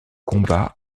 combat